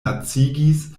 lacigis